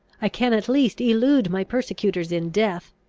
i can at least elude my persecutors in death.